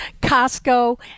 Costco